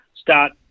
start